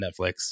Netflix